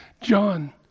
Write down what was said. John